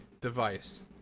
device